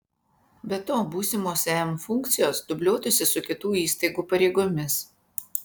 be to būsimos em funkcijos dubliuotųsi su kitų įstaigų pareigomis